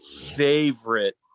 favorite